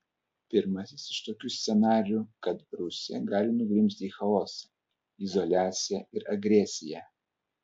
pirmasis iš tokių scenarijų kad rusija gali nugrimzti į chaosą izoliaciją ir agresiją